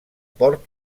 port